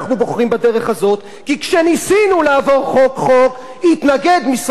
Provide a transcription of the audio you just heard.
כי כשניסינו לעבור חוק חוק התנגד משרד המשפטים ושר המשפטים,